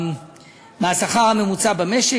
מהשכר הממוצע במשק.